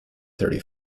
thirty